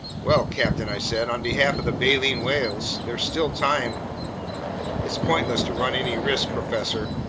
well, captain, i said, on behalf of the baleen whales, there's still time it's pointless to run any risks, professor.